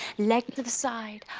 leg to the side,